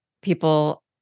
people